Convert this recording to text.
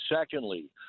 Secondly